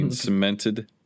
cemented